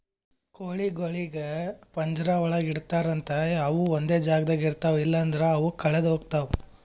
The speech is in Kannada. ಕೋಳಿಗೊಳಿಗ್ ಪಂಜರ ಒಳಗ್ ಇಡ್ತಾರ್ ಅಂತ ಅವು ಒಂದೆ ಜಾಗದಾಗ ಇರ್ತಾವ ಇಲ್ಲಂದ್ರ ಅವು ಕಳದೆ ಹೋಗ್ತಾವ